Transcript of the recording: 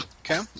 Okay